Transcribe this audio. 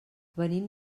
venim